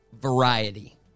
variety